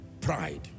Pride